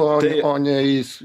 o ne o ne jis